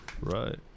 Right